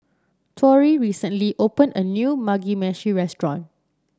Torrie recently opened a new Mugi Meshi Restaurant